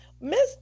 Miss